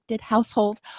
household